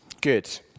Good